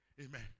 Amen